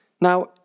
Now